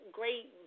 great